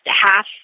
half